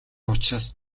учраас